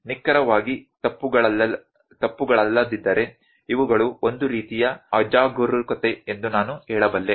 ನಿಖರವಾಗಿ ತಪ್ಪುಗಳಲ್ಲದಿದ್ದರೆ ಇವುಗಳು ಒಂದು ರೀತಿಯ ಅಜಾಗರೂಕತೆ ಎಂದು ನಾನು ಹೇಳಬಲ್ಲೆ